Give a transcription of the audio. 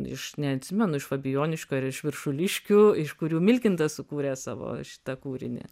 iš neatsimenu iš fabijoniškių ar iš viršuliškių iš kurių milkintas sukūrė savo šitą kūrinį